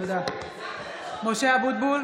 (קוראת בשמות חברי הכנסת) משה אבוטבול,